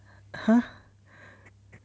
!huh!